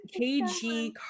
KG